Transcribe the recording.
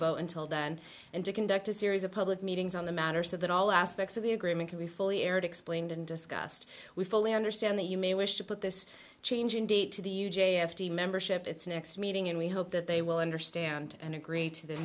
vote until then and to conduct a series of public meetings on the matter so that all aspects of the agreement can be fully aired explained and discussed we fully understand that you may wish to put this change in date to the u j f t membership its next meeting and we hope that they will understand and agree to the